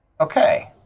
okay